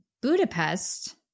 Budapest